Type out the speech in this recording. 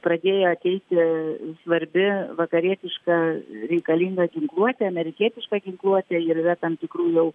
pradėjo ateiti svarbi vakarietiška reikalinga ginkluotė amerikietiška ginkluotė ir yra tam tikrų jau